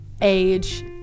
age